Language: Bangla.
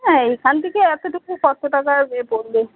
হ্যাঁ এখান থেকে এতোটুকু কতো টাকা আর এ পড়বে